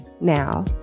Now